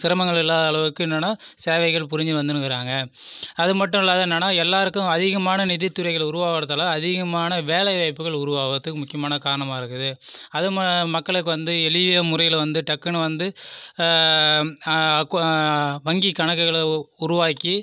சிரமங்கள் இல்லாத அளவுக்கு என்னென்னா சேவைகள்புரிஞ்சு வந்துன்னு இருக்கிறாங்க அதுமட்டும் இல்லாம என்னென்னா எல்லோருக்கும் அதிகமான நிதித்துறைகள் உருவாகிறதால அதிகமான வேலை வாய்ப்புகள் உருவாகிறத்துக்கு முக்கியமான காரணமாக இருக்குது அது மக்களுக்கு வந்து எளிய முறையில் வந்து டக்குன்னு வந்து வங்கி கணக்குகளை உருவாக்கி